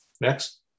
Next